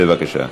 בבקשה.